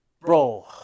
bro